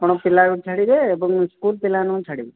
ଆପଣ ପିଲାଙ୍କୁ ଛାଡ଼ିବେ ଏବଂ ସ୍କୁଲ୍ ପିଲାମାନଙ୍କୁ ଛାଡ଼ିବେ